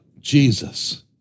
Jesus